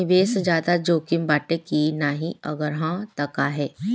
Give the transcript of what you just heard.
निवेस ज्यादा जोकिम बाटे कि नाहीं अगर हा तह काहे?